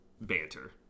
banter